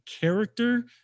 character